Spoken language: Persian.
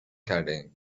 کردهایم